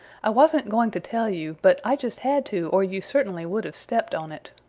i wasn't going to tell you, but i just had to or you certainly would have stepped on it.